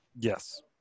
Yes